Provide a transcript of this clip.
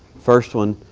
first one,